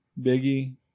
Biggie